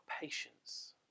patience